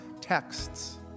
texts